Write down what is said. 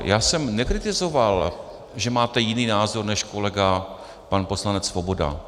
Já jsem nekritizoval, že máte jiný názor než kolega pan poslanec Svoboda.